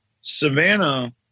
savannah